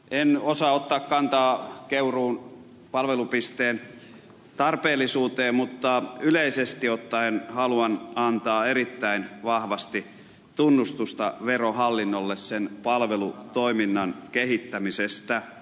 en osaa ottaa kantaa keuruun palvelupisteen tarpeellisuuteen mutta yleisesti ottaen haluan antaa erittäin vahvasti tunnustusta verohallinnolle sen palvelutoiminnan kehittämisestä